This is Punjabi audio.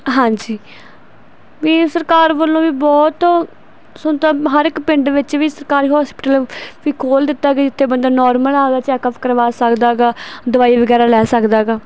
ਹਾਂਜੀ ਵੀ ਸਰਕਾਰ ਵੱਲੋਂ ਵੀ ਬਹੁਤ ਸੁਣ ਤਾਂ ਹਰ ਇੱਕ ਪਿੰਡ ਵਿੱਚ ਵੀ ਸਰਕਾਰੀ ਹੋਸਪੀਟ ਵੀ ਖੋਲ੍ਹ ਦਿੱਤਾ ਗਿਆ ਜਿੱਥੇ ਬੰਦਾ ਨੋਰਮਲ ਆਪਣਾ ਚੈੱਕਅਪ ਕਰਵਾ ਸਕਦਾ ਗਾ ਦਵਾਈ ਵਗੈਰਾ ਲੈ ਸਕਦਾ ਗਾ